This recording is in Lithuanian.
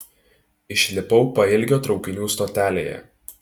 išlipau pailgio traukinių stotelėje